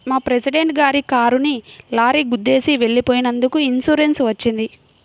మా ప్రెసిడెంట్ గారి కారుని లారీ గుద్దేసి వెళ్ళిపోయినందుకు ఇన్సూరెన్స్ వచ్చింది